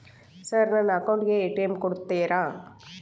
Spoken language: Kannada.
ಸರ್ ನನ್ನ ಅಕೌಂಟ್ ಗೆ ಎ.ಟಿ.ಎಂ ಕೊಡುತ್ತೇರಾ?